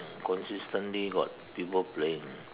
consistently got people playing